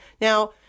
Now